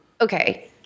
okay